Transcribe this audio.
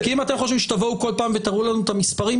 כי אם אתם חושבים שתבואו כל פעם ותראו לנו את המספרים,